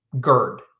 GERD